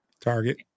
target